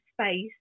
space